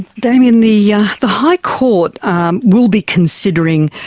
damien, the yeah the high court um will be considering